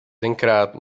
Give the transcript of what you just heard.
tenkrát